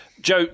Joe